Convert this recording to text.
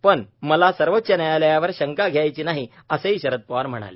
पण मला सर्वोच्च न्यायालयावर शंका घ्यायची नाही आहे असंही शरद पवार म्हणाले